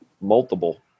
multiple